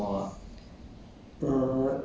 ya actually ya it's not bad